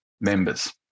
members